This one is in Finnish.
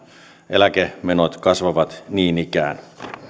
eläkemenot kasvavat niin ikään